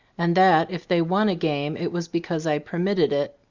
and that if they won a game it was because i permitted it,